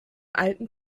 alten